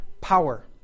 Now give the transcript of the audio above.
power